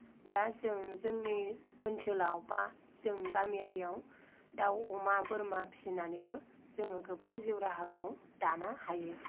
दा जों जोंनि ओनसोलाव बा जों गामियारियाव दाउ अमा बोरमा फिसिनानैबो जोङो गोबां जिउ राहाखौ दानो हायो